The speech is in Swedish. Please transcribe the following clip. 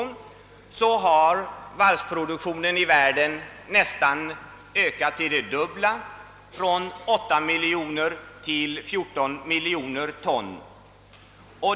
Sedan dess har fartygsproduktionen i världen ökat till nästan det dubbla, nämligen från 8 miljoner till 14 miljoner ton.